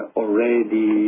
already